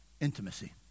intimacy